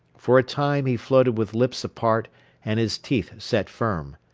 for a time he floated with lips apart and his teeth set firm.